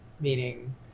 meaning